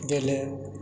गेले